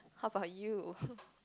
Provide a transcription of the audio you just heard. how about you